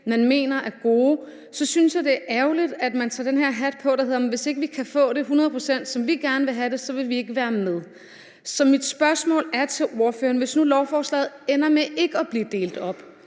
man mener er gode, synes jeg, det er ærgerligt, at man tager den her hat på, der hedder, at hvis ikke vi kan få det hundrede procent, som vi gerne have det, så vil vi ikke være med. Så mit spørgsmål til ordføreren er: Hvis nu lovforslaget ender med ikke at blive delt op,